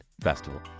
Festival